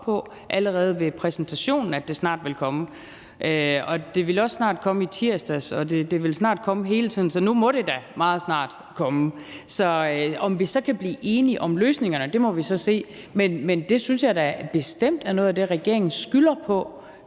på allerede ved præsentationen, altså at det snart ville komme. Det ville også snart komme i tirsdags, og det vil snart komme hele tiden, så nu må det da meget snart komme. Om vi kan blive enige om løsningerne, må vi så se, men det synes jeg da bestemt er noget af det, regeringen skylder